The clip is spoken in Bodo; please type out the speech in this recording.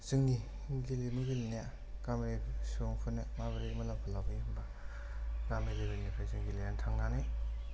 जोंनि गेलेमु गेलेनाया गामिनि सुबुंफोरनो माबोरै मुलाम्फा लाबोयो होनबा गामि लेभेलनिफ्राय जों गेलेना थांनानै